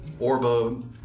Orbo